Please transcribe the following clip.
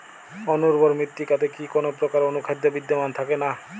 অনুর্বর মৃত্তিকাতে কি কোনো প্রকার অনুখাদ্য বিদ্যমান থাকে না?